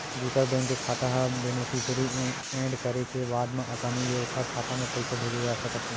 दूसर बेंक के खाता ह बेनिफिसियरी एड करे के बाद म असानी ले ओखर खाता म पइसा भेजे जा सकत हे